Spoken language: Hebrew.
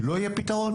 לא יהיה פתרון,